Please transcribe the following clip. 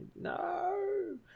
No